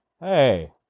Hey